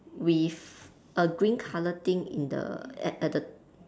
with a green colour thing in the at at the